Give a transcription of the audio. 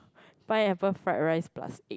pineapple fried rice plus